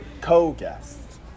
co-guests